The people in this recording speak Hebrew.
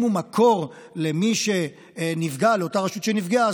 אם הוא מקור לאותה רשות שנפגעה,